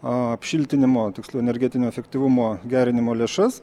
apšiltinimo tiksliau energetinio efektyvumo gerinimo lėšas